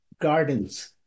gardens